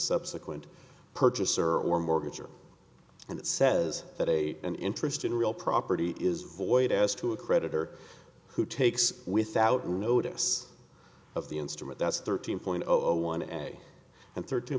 subsequent purchaser or mortgage or and it says that a an interest in real property is void as to a creditor who takes without notice of the instrument that's thirteen point zero on ebay and thirty two